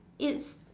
it's